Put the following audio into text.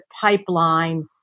pipeline